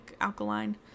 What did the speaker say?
alkaline